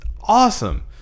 awesome